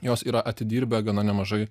jos yra atidirbę gana nemažai